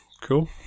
cool